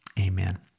amen